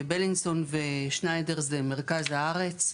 בילינסון ושניידר זה מרכז הארץ.